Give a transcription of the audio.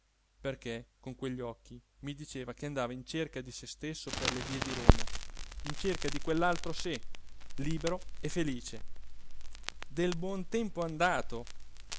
perché con quegli occhi mi diceva che andava in cerca di se stesso per le vie di roma in cerca di quell'altro sé libero e felice del buon tempo andato